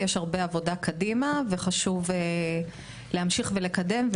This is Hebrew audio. יש הרבה עבודה קדימה וחשוב להמשיך ולקדם,